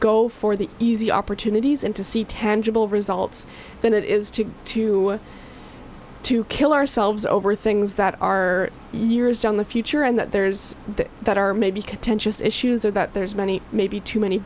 go for the easy opportunities and to see tangible results than it is to to to kill ourselves over things that are years down the future and that there's that are maybe contentious issues or that there's many maybe too many